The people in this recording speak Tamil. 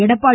எடப்பாடி